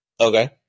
Okay